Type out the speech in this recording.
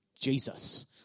jesus